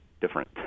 Different